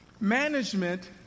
Management